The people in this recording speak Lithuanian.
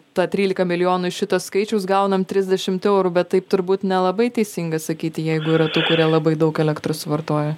tą trylika milijonų iš šito skaičiaus gaunam trisdešimt eurų bet taip turbūt nelabai teisinga sakyti jeigu yra tų kurie labai daug elektros suvartoja